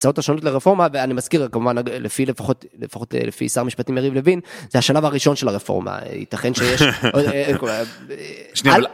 הצעות השונות לרפורמה ואני מזכיר כמובן לפי לפחות לפחות לפי שר המשפטים יריב לבין זה השלב הראשון של הרפורמה ייתכן שיש.